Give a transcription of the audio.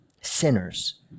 sinners